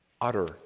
utter